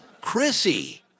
Chrissy